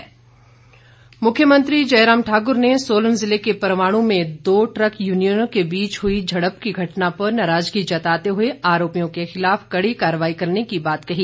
वक्तव्य मुख्यमंत्री जयराम ठाकुर ने सोलन जिले के परवाणू में दो ट्रक यूनियनों के बीच हुई झड़प की घटना पर नाराजगी जताते हुए आरोपियों के खिलाफ कड़ी कार्रवाई करने की बात कही